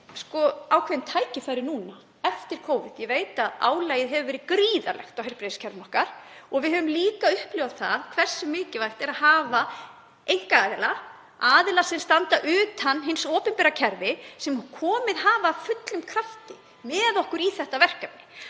ekki ákveðin tækifæri núna eftir Covid. Ég veit að álagið hefur verið gríðarlegt á heilbrigðiskerfið okkar og við höfum líka upplifað það hversu mikilvægt er að hafa einkaaðila, aðila sem standa utan hins opinbera kerfis, sem komið hafa fullum krafti með okkur í þetta verkefni.